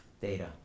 Data